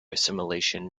assimilation